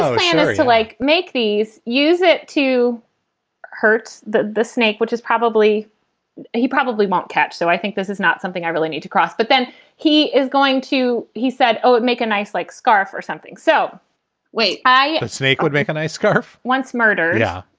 and to like make these use it to hurt the the snake, which is probably he probably won't catch so i think this is not something i really need to cross. but then he is going to he said, oh, it make a nice like scarf or something. so wait, i snake would make a nice scarf once murder. yeah.